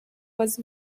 was